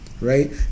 right